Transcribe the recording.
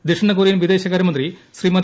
ദക്ഷിണകൊറിയൻ വിദേശകാര്യമന്ത്രി ശ്രീമതി